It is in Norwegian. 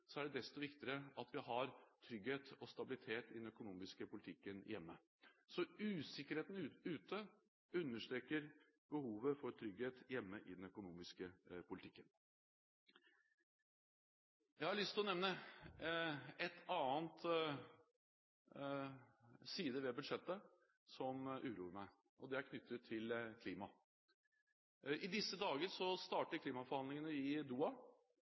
Så usikkerheten ute understreker behovet for trygghet hjemme i den økonomiske politikken. Jeg har lyst til å nevne en annen side ved budsjettet som uroer meg, og det er knyttet til klima. I disse dager starter klimaforhandlingene i